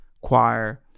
choir